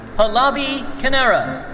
pallavi kinnera.